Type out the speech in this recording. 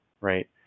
right